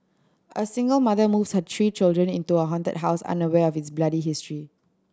a single mother moves her three children into a haunted house unaware of its bloody history